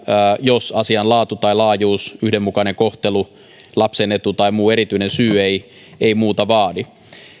jos asian laatu tai laajuus yhdenmukainen kohtelu lapsen etu tai muu erityinen syy ei ei muuta vaadi